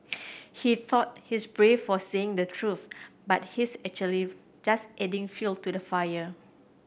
he thought he's brave for saying the truth but he's actually just adding fuel to the fire